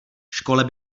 škole